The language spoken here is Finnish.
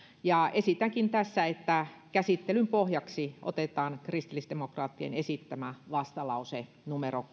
esitänkin tässä että käsittelyn pohjaksi otetaan kristillisdemokraattien esittämä vastalause numero